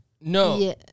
No